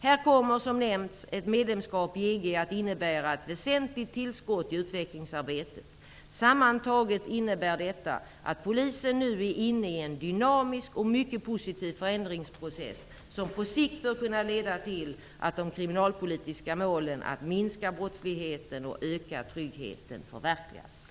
Här kommer, som nämnts, ett medlemskap i EG att innebära ett väsentligt tillskott i utvecklingsarbetet. Sammantaget innebär detta att polisen nu är inne i en dynamisk och mycket positiv förändringsprocess som på sikt bör kunna leda till att de kriminalpolitiska målen att minska brottsligheten och öka tryggheten förverkligas.